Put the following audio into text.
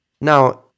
Now